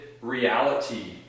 reality